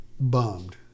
bummed